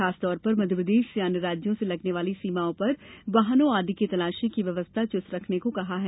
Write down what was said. खासतौर पर मध्यप्रदेश से अन्य राज्यों से लगने वाली सीमाओं पर वाहनों आदि की तलाशी की व्यवस्था चुस्त करने को कहा गया है